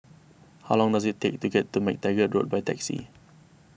how long does it take to get to MacTaggart Road by taxi